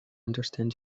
understand